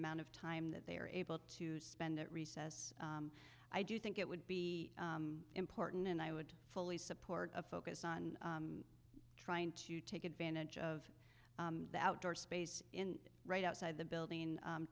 amount of time that they are able to spend at recess i do think it would be important and i would fully support a focus on trying to take advantage of the outdoor space in right outside the building